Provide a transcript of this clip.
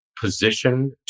position